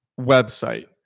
website